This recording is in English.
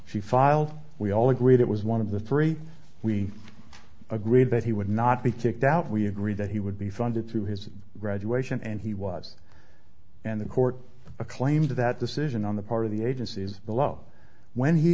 she filed we all agreed it was one of the three we agreed that he would not be kicked out we agreed that he would be funded through his graduation and he was and the court a claim to that decision on the part of the agencies below when he